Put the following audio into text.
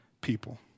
people